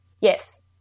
Yes